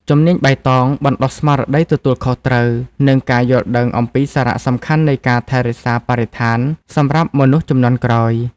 ជំនាញបៃតងបណ្តុះស្មារតីទទួលខុសត្រូវ និងការយល់ដឹងអំពីសារៈសំខាន់នៃការថែរក្សាបរិស្ថានសម្រាប់មនុស្សជំនាន់ក្រោយ។